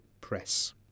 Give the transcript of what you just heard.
press